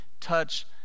touch